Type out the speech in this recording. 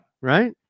Right